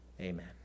amen